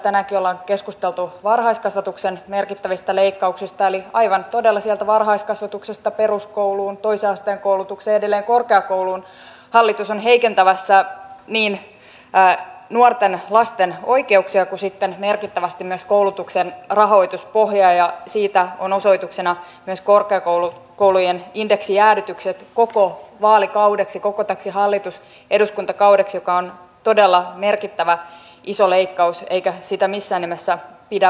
tänäänkin olemme keskustelleet varhaiskasvatuksen merkittävistä leikkauksista eli aivan todella sieltä varhaiskasvatuksesta peruskouluun toisen asteen koulutukseen ja edelleen korkeakouluun hallitus on heikentämässä niin nuorten lasten oikeuksia kuin sitten merkittävästi myös koulutuksen rahoituspohjaa ja siitä ovat osoituksena myös korkeakoulujen indeksijäädytykset koko vaalikaudeksi koko täksi hallitus ja eduskuntakaudeksi joka on todella merkittävä iso leikkaus eikä sitä missään nimessä pidä väheksyä